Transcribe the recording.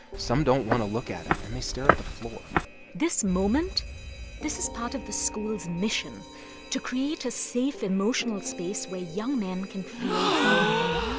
some don't want to look at him, and they stare at the floor this moment this is part of the school's mission to create a safe, emotional space where young men can feel vulnerable,